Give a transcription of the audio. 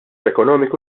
ekonomiku